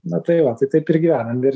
na tai va tai taip ir gyvenam ir